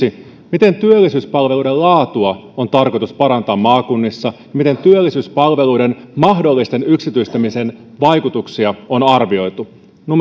miten työllisyyspalveluiden laatua on tarkoitus parantaa maakunnissa ja miten työllisyyspalveluiden mahdollisen yksityistämisen vaikutuksia on arvioitu